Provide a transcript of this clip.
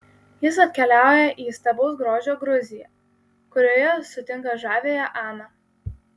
jis atkeliauja į įstabaus grožio gruziją kurioje sutinka žaviąją aną